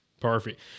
Perfect